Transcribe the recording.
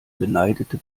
beneidete